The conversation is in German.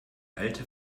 alte